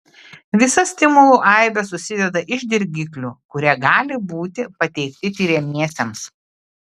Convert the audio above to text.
visa stimulų aibė susideda iš dirgiklių kurie gali būti pateikti tiriamiesiems